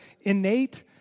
innate